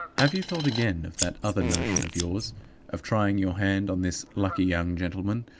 have you thought again of that other notion of yours of trying your hand on this lucky young gentleman,